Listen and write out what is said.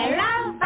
love